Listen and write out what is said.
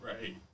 right